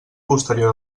posterior